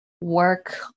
work